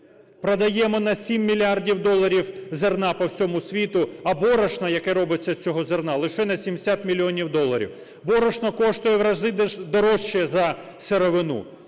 Продаємо на 7 мільярдів доларів зерна по всьому світу, а борошна, яке робиться з цього зерна, лише на 70 мільйонів доларів. Борошно коштує в рази дорожче за сировину.